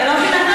אני לא מבינה,